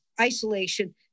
isolation